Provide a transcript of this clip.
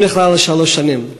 הוא נכלא לשלוש שנים,